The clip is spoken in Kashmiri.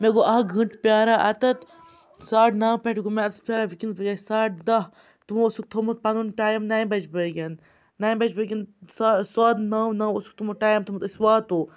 مےٚ گوٚو اَکھ گٲنٛٹہٕ پیاران اَتیتھ ساڑٕ نَو پٮ۪ٹھ گوٚو مےٚ اَتَس پیاران وٕنکیٚنس بَجایے ساڑٕ دَہ تمو اوسُکھ تھومُت پَنُن ٹایم نَیہِ بَجہِ بٲگٮ۪ن نَیہِ بَجہِ بٲگٮ۪ن سۄد نو نو اوسُکھ تھوٚمُت ٹایم تھومُت أسۍ واتو